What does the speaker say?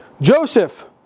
Joseph